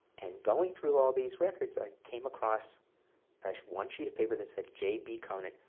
and going through all these records, i came across one sheet of paper that said, j. b. conant,